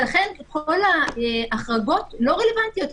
ולכן כל ההחרגות לא רלוונטיות יותר.